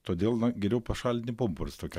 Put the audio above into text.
todėl na geriau pašalinti pumpurus tokiu